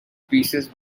pieces